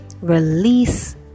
Release